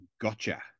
Gotcha